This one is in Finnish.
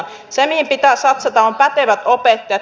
se mihin pitää satsata on pätevät opettajat